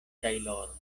tajloro